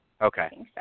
Okay